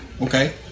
Okay